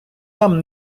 нам